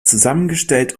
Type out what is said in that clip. zusammengestellt